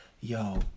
yo